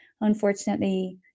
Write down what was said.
unfortunately